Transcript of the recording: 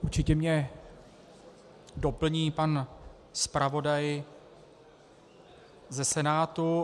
Určitě mě doplní pan zpravodaj ze Senátu.